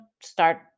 start